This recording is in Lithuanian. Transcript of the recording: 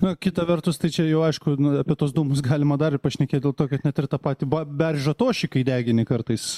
na kita vertus tai čia jau aišku nu apie tuos dūmus galima dar pašnekėt dėl to kad net ir tą patį ba beržo tošį kai degini kartais